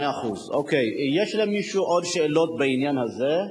אבל אני מוכן לסייע בזה.